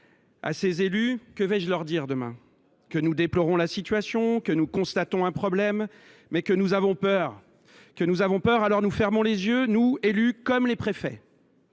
À ces élus, que vais je dire demain ? Que nous déplorons la situation, que nous constatons un problème, mais que nous avons peur et que nous fermons donc les yeux, nous élus, comme les préfets.